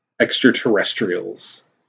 extraterrestrials